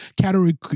category